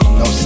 no